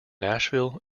nashville